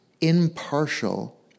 impartial